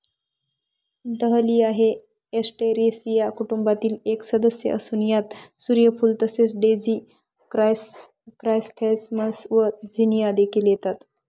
dahlia हे Asteraceae कुटुंबातील एक सदस्य असून यात सूर्यफूल तसेच डेझी क्रायसॅन्थेमम्स व झिनिया देखील येतात